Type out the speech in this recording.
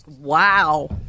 Wow